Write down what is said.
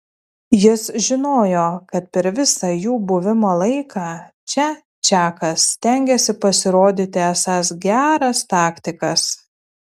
jis žinojo kad per visą jų buvimo laiką čia čakas stengiasi pasirodyti esąs geras taktikas